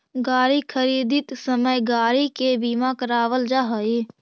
गाड़ी खरीदित समय गाड़ी के बीमा करावल जा हई